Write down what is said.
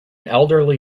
elderly